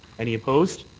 any opposed?